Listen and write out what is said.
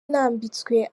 nambitswe